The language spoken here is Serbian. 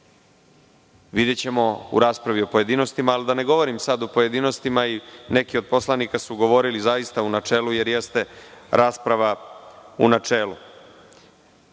Videćemo u raspravi u pojedinostima, ali da ne govorim sada u pojedinostima. Neki od poslanika su govorili u načelu, jer jeste rasprava u načelu. Kažete